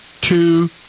two